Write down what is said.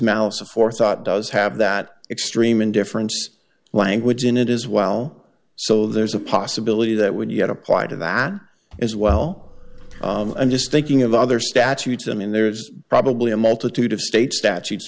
malice aforethought does have that extreme indifference language in it as well so there's a possibility that would yet apply to that as well i'm just thinking of other statutes and there is probably a multitude of state statutes